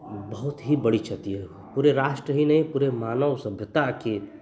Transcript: बहुत ही बड़ी क्षति हुई पूरे राष्ट्र ही नहीं पूरे मानव सभ्यता की